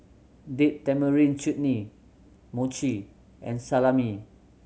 Date Tamarind Chutney Mochi and Salami